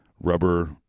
rubber